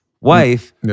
wife